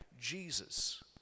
Jesus